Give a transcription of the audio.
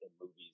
movies